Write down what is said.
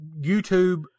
YouTube